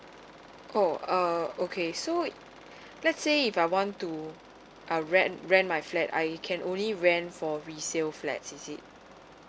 oh err okay so let's say if I want to uh rent rent my flat I can only rent for resale flats is it